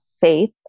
faith